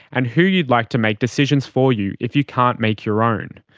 and who you'd like to make decisions for you if you can't make your own.